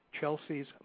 chelsea's